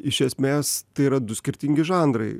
iš esmės tai yra du skirtingi žanrai